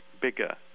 bigger